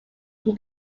from